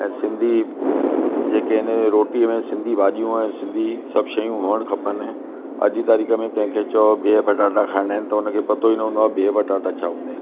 ऐं सिंधी जेके इन रोटीअ में सिंधी भाॼियूं ऐं सिंधी सभु शयूं हुअण खपनि अॼु जी तारीख़ में कैंखे चओ बिहु पटाटा खाइणा इन त उन खे पतो ई न हूंदो आहे बिहु पटाटा छा हूंदा आहिनि